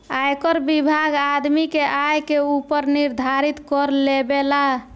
आयकर विभाग आदमी के आय के ऊपर निर्धारित कर लेबेला